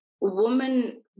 woman